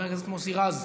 חבר הכנסת מוסי רז,